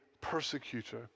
persecutor